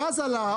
הגז עלה,